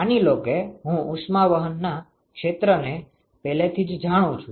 માની લો કે હું ઉષ્માવહનના ક્ષેત્રને પહેલેથી જ જાણું છું